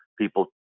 people